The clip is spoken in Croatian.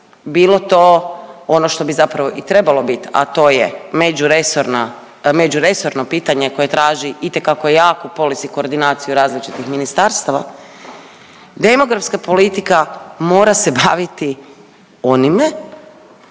bilo to ono što bi zapravo i trebalo bit, a to je međuresorna, međuresorno pitanje koje traži itekako jaku polisi koordinaciju različitih ministarstava, demografska politika mora se baviti onime,